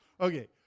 Okay